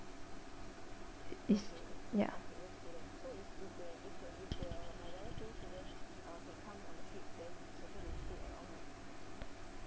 is ya